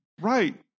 Right